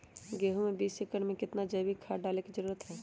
गेंहू में बीस एकर में कितना जैविक खाद डाले के जरूरत है?